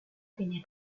tener